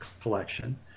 collection